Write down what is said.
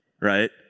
right